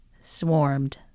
swarmed